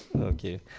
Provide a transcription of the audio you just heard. Okay